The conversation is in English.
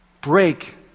break